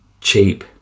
cheap